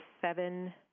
seven